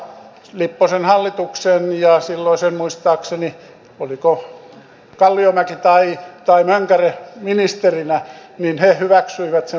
lipposen hallitus ja silloinen ministeri muistaakseni oliko kalliomäki tai mönkäre hyväksyivät sen valtionyhtiöihin